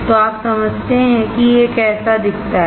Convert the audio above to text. तो आप समझते हैं कि यह कैसा दिखता है